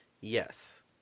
Yes